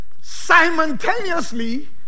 simultaneously